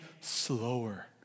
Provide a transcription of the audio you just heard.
slower